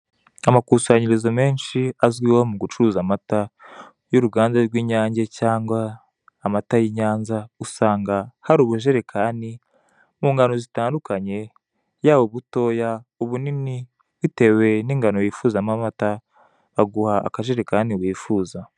Amakusanyirizo menshi azwiho mugucuruza amata y'uruganda rw'inyange cyangwa amata yinyanza usanga hari ubujerekani mungano zitandukanye yaba ubutoya ubunini bitewe ningano wifuzamo amata baguha akejerekani wifuza.